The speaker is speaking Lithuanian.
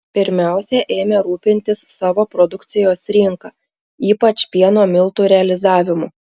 pirmiausia ėmė rūpintis savo produkcijos rinka ypač pieno miltų realizavimu